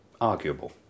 arguable